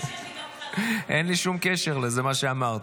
אתה יודע שיש לי גם --- אין לי שום קשר למה שאמרת.